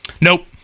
nope